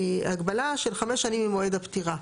הגבלה של חמש שנים ממועד הפטירה.